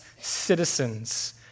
citizens